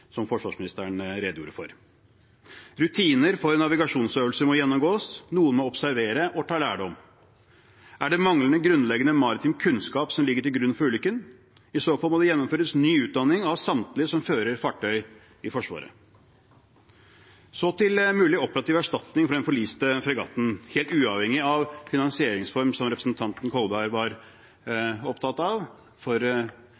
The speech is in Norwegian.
forsvarsministeren redegjorde for. Rutiner for navigasjonsøvelser må gjennomgås – noen må observere og ta lærdom. Er det manglende grunnleggende maritim kunnskap som ligger til grunn for ulykken? I så fall må det gjennomføres ny utdanning av samtlige som fører fartøy i Forsvaret. Så til mulig operativ erstatning for den forliste fregatten, helt uavhengig av finansieringsform, som representanten Kolberg var opptatt av. For